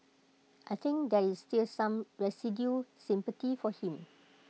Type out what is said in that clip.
I think there is still some residual sympathy for him